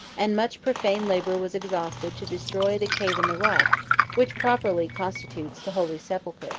and much profane labor was exhausted to destroy the cave in the rock which properly constitutes the holy sepulchre.